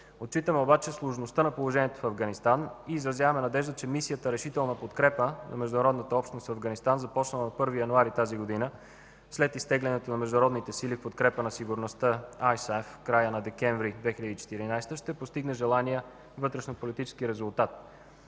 Отчитаме обаче сложността на положението в Афганистан и изразяваме надежда, че мисията „Решителна подкрепа” на международната общност в Афганистан, започнала от 1 януари тази година след изтеглянето на Международните сили в подкрепа на сигурността (ISAF) в края на декември 2014 г., ще постигне желания вътрешнополитически резултат.